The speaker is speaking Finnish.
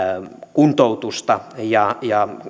kuntoutusta ja